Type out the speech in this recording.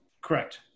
Correct